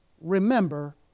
remember